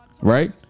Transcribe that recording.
right